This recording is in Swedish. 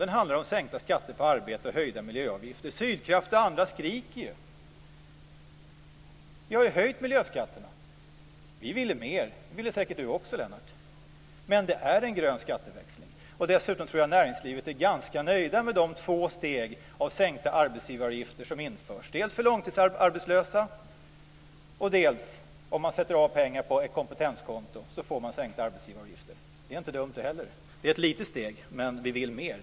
Den handlar om sänkta skatter på arbete och höjda miljöavgifter. Sydkraft och andra skriker ju. Vi har ju höjt miljöskatterna. Vi ville mer. Det ville säkert Lennart Daléus också. Men det är en grön skatteväxling. Dessutom tror jag att man i näringslivet är ganska nöjd med de två steg av sänkta arbetsgivaravgifter som införs, dels för långtidsarbetslösa, dels om man sätter av pengar på ett kompetenskonto. Det är inte dumt det heller. Det är ett litet steg, men vi vill mer.